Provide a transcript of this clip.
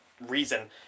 reason